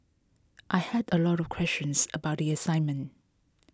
I had a lot of questions about the assignment